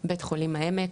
בית חולים העמק,